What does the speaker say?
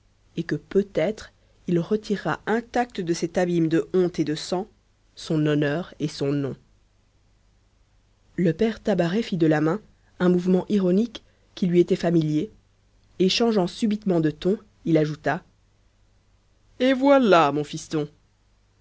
et que peut-être il retirera intacts de cet abîme de bonté et de sang son honneur et son nom le père tabaret fit de la main un mouvement ironique qui lui était familier et changeant subitement de ton il ajouta et voilllà mon fiston